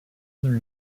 other